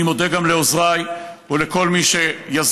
אני מודה גם לעוזריי ולכל מי שיזם,